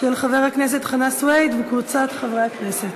של חבר הכנסת חנא סוייד וקבוצת חברי הכנסת.